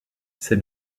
ses